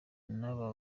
n’aba